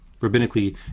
rabbinically